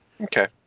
okay